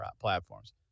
platforms